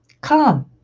Come